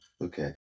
okay